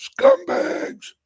scumbags